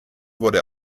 wurde